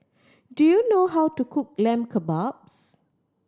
do you know how to cook Lamb Kebabs